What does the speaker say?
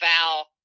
foul